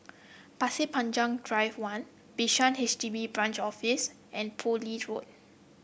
Pasir Panjang Drive One Bishan H D B Branch Office and Poole Road